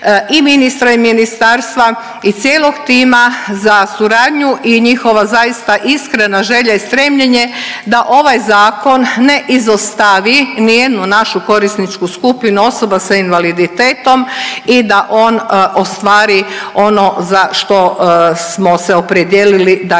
i ministra i ministarstva i cijelog tima za suradnju i njihova zaista iskrena želja i stremljenje da ovaj zakon ne izostavi ni jednu našu korisničku skupinu osoba sa invaliditetom i da on ostvari ono za što smo se opredijelili da